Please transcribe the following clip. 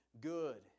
good